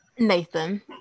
nathan